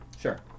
sure